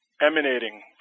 emanating